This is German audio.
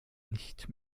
nicht